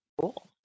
Cool